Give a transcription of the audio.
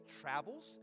travels